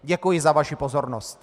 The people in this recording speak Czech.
Děkuji za vaši pozornost.